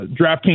DraftKings